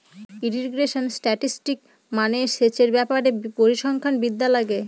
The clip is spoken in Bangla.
ইরিগেশন স্ট্যাটিসটিক্স মানে সেচের ব্যাপারে পরিসংখ্যান বিদ্যা লাগে